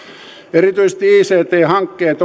erityisesti ict hankkeet